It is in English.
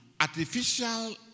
artificial